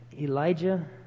Elijah